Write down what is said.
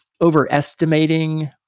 overestimating